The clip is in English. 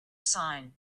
sign